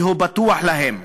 והוא בטוח להם.